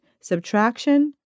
subtraction